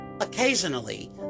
Occasionally